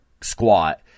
squat